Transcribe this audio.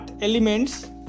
elements